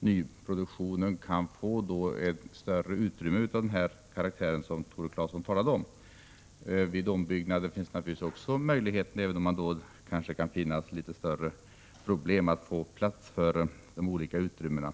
nyproduktionen kan få ett större utrymme av den karaktär som Tore Claeson talade om. Också vid ombyggnad finns den möjligheten, även om det då kan vara större problem att få plats med de olika utrymmena.